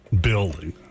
building